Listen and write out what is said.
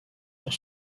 sur